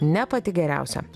ne pati geriausia